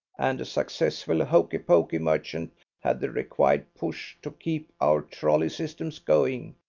and a successful hoki-poki merchant had the required push to keep our trolley systems going,